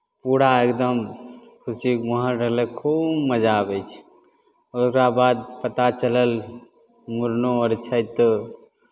पूरा एकदम खुशीके माहौल रहलै खूब मजा आबै छै ओकरा बाद पता चलल मूड़नो आर छै तऽ